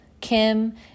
Kim